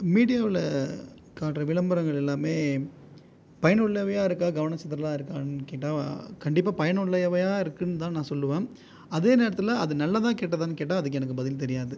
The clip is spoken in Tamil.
மீடியாவில் காட்டுகிற விளம்பரங்கள் எல்லாமே பயனுள்ளவையாக இருக்கா கவன சிதறலாக இருக்கா கேட்டால் கண்டிப்பாக பயனுள்ளவையாக இருக்குதுன்னு தான் நான் சொல்லுவேன் அதே நேரத்தில் அது நல்லதா கெட்டதான்னு கேட்டால் அதுக்கு எனக்கு பதில் தெரியாது